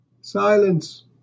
Silence